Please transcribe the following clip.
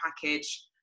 package